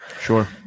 Sure